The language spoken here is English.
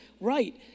right